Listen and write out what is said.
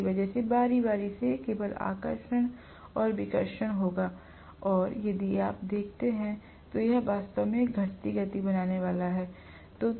जिसकी वजह से बारी बारी से केवल आकर्षण और प्रतिकर्षण ही होगा और यदि आप देखते हैं तो यह वास्तव में एक घटती गति बनाने वाला है